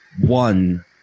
one